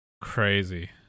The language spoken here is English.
crazy